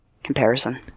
comparison